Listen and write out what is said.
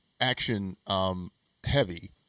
action-heavy